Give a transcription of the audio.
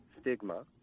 stigma